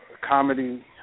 comedy